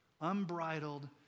Unbridled